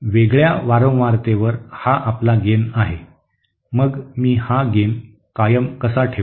वेगळ्या वारंवारतेवर हा आपला गेन आहे मग मी हा गेन कायम कसा ठेवू